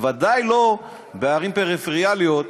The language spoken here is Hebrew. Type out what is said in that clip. בוודאי לא בערים פריפריאליות,